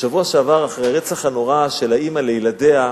בשבוע שעבר, אחרי הרצח הנורא של האמא את ילדיה,